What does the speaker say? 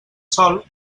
sol